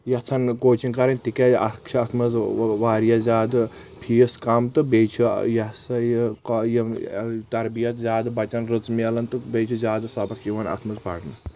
یژھان کوچنگ کرٕنۍ تِکیاز اکھ چھ اتھ منٛز واریاہ زیادٕ فیس کم تہٕ بییٚہِ چھِ یہ ہسا یہِ یِم تربیت زیادٕ بچن رٕژ مِلان تہٕ بییٚہِ چھُ زیادٕ سبکھ یِوان اتھ منٛز پرنہٕ